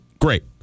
Great